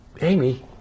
Amy